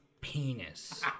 penis